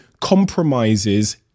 compromises